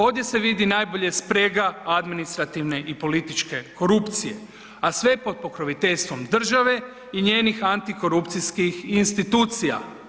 Ovdje se vidi najbolje sprega administrativne i političke korupcije, a sve je pod pokroviteljstvom države i njenih antikorupcijskih institucija.